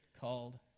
called